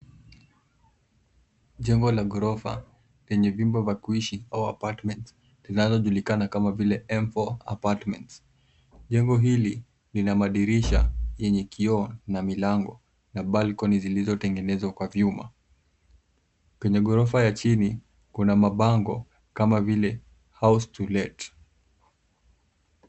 Jengo la gorofa lenye vyumba vya kuishi ama apartment zinazo julikana kama vile M4 apartment. Jengo hili lina madirisha yenye kioo na milango na balkoni zilizotengenezwa kwa vyuma. Kwenye gorofa ya chini kuna mabango kama vile house to let .